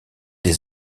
des